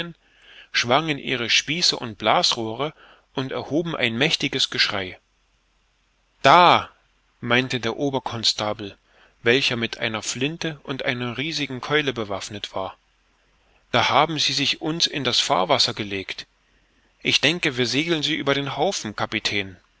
schwangen ihre spieße und blasrohre und erhoben ein mächtiges geschrei da meinte der oberconstabel welcher mit einer flinte und einer riesigen keule bewaffnet war da haben sie sich uns in das fahrwasser gelegt ich denke wir segeln sie über den haufen kapitän